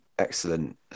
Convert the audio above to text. excellent